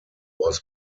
was